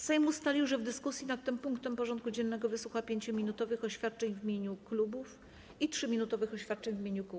Sejm ustalił, że w dyskusji nad tym punktem porządku dziennego wysłucha 5-minutowych oświadczeń w imieniu klubów i 3-minutowych oświadczeń w imieniu kół.